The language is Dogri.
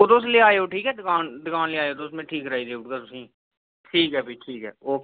बाकी तुस लेई आयो दुकान पर में ठीक कराई देई ओड़गा तुसें गी ठीक ऐ भी ठीक ऐ ओके